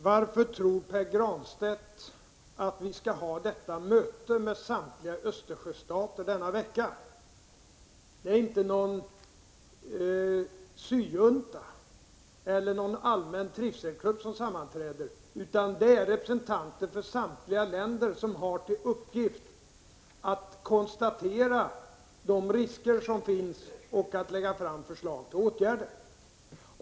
Herr talman! Varför tror Pär Granstedt att vi skall ha mötet med samtliga Östersjöstater denna vecka? Det är inte en syjunta eller någon allmän trivselklubb som sammanträder, utan representanter för alla berörda länder, som har till uppgift att konstatera de risker som finns och lägga fram förslag till åtgärder.